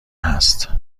هست